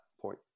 point